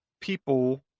people